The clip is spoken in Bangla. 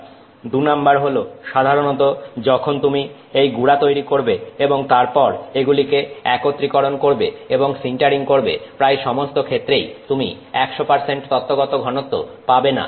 2 নাম্বার হল সাধারণত যখন তুমি এই গুড়া তৈরি করবে এবং তারপর এগুলিকে একত্রীকরণ করবে এবং সিন্টারিং করবে প্রায় সমস্ত ক্ষেত্রেই তুমি 100 তত্ত্বগত ঘনত্ব পাবে না